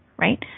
right